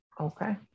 Okay